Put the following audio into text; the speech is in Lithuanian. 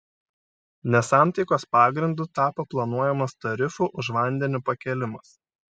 nesantaikos pagrindu tapo planuojamas tarifų už vandenį pakėlimas